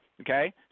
okay